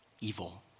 evil